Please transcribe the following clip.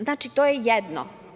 Znači, to je jedno.